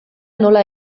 nola